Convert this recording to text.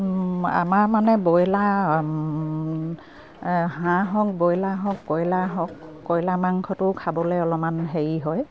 আমাৰ মানে ব্ৰইলাৰ হাঁহ হওক ব্ৰইলাৰৰ হওক কইলাৰ হওক কয়লাৰ মাংসটো খাবলে অলপমান হেৰি হয়